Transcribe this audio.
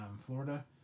Florida